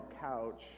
couch